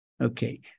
Okay